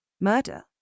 Murder